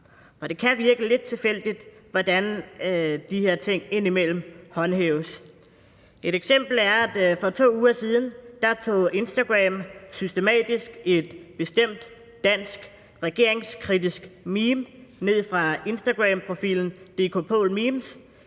det kan virke lidt tilfældigt, hvordan de her ting indimellem håndhæves. Et eksempel er, at Instagram for 2 uger siden systematisk tog et bestemt dansk regeringskritisk meme ned fra Instagramprofilen dkpå-memes.